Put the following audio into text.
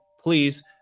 please